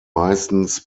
meistens